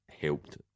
helped